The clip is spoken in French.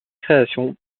création